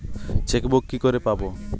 Chequebook কি করে পাবো?